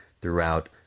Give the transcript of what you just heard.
throughout